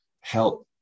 help